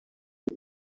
ser